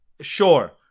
Sure